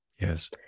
Yes